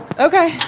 ok